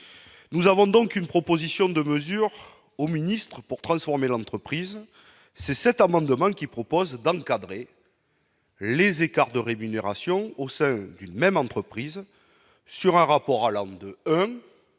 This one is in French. Nous avons donc une proposition de mesures au ministre pour transformer l'entreprise c'est cet amendement qui propose d'encadrer les écarts de rémunération au sein d'une même entreprise sur un rapport alarmant de avec